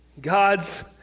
God's